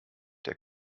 der